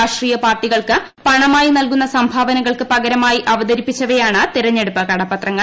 രാഷ്ട്രീയ പാർട്ടികൾക്ക് പണമായി നൽകുന്ന സംഭാവനകൾക്ക് പകരമായി അവതരിപ്പിച്ചവയാണ് തെരഞ്ഞെടുപ്പ് കടപ്പത്രങ്ങൾ